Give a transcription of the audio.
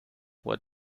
what